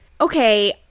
Okay